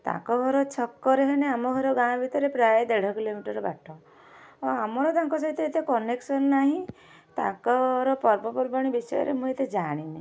ତାଙ୍କ ଘର ଛକରେ ହେଲେ ଆମ ଘର ଗାଁ ଭିତରେ ପ୍ରାୟେ ଦେଢ଼ କିଲୋମିଟର ବାଟ ଆଉ ଆମର ତାଙ୍କ ସହିତ ଏତେ କନେକ୍ସନ୍ ନାହିଁ ତାଙ୍କର ପର୍ବପର୍ବାଣି ବିଷୟରେ ମୁଁ ଏତେ ଜାଣିନି